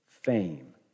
fame